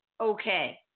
okay